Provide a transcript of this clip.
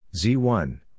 Z1